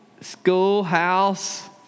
Schoolhouse